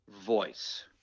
voice